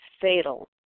fatal